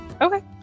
Okay